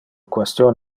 question